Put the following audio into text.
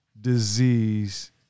disease